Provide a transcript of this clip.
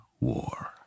War